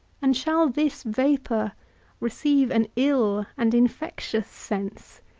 and shall this vapour receive an ill and infectious sense?